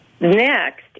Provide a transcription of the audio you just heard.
Next